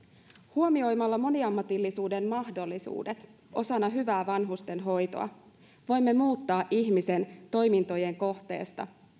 huomioimalla moniammatillisuuden mahdollisuudet osana hyvää vanhustenhoitoa voimme muuttaa ihmisen toimintojen kohteesta